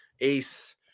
Ace